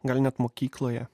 gal net mokykloje